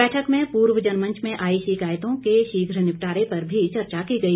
बैठक में पूर्व जनमंच में आई शिकायतों के शीघ्र निपटारे पर भी चर्चा की गई